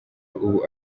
ubu